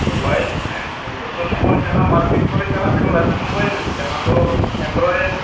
mobile ᱱᱤᱛᱳᱜ ᱱᱚᱜᱚᱭ ᱡᱟᱦᱟᱸ ᱢᱟᱨᱠᱮᱴ ᱠᱚᱨᱮ ᱪᱟᱞᱟᱜ ᱠᱟᱱᱟ ᱞᱟᱹᱴᱩ ᱢᱳᱵᱟᱭᱤᱞ ᱡᱟᱦᱟᱸ ᱫᱚ ᱮᱱᱰᱨᱳᱭᱮᱴ